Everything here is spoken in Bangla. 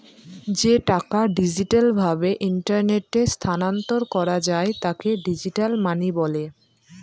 যে টাকা ডিজিটাল ভাবে ইন্টারনেটে স্থানান্তর করা যায় তাকে ডিজিটাল মানি বলে